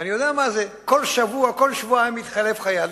אני יודע מה זה כל שבוע, כל שבועיים, מתחלף חייל.